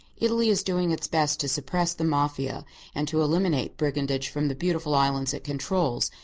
italy is doing its best to suppress the mafia and to eliminate brigandage from the beautiful islands it controls,